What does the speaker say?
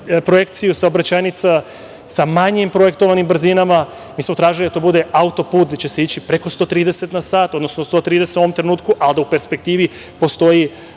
projekcije saobraćajnica sa manjim projektovanim brzinama. Mi smo tražili da to bude autoput gde će se ići preko 130 na sat, odnosno 130 u ovom trenutku, a da u perspektivi postoji